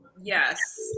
Yes